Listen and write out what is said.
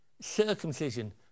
circumcision